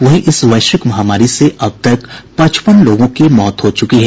वहीं इस वैश्विक महामारी से अब तक पचपन लोगों की मौत हो चुकी है